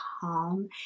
calm